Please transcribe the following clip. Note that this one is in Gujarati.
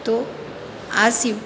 તો આ સિવ